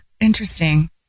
interesting